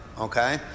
Okay